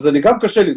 אז גם קשה לי,